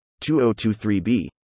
2023b